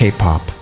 K-Pop